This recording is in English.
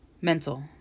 mental